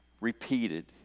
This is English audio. repeated